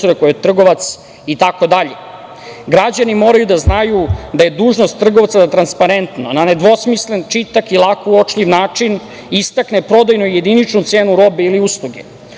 i tako dalje. Građani moraju da znaju da je dužnost trgovca da transparentno, na nedvosmislen, čitak i lak uočljiv način istakne prodajnu jediničnu cenu robe ili usluge.